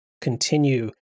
continue